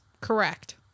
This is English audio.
correct